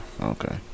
Okay